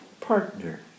partner